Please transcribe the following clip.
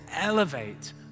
elevate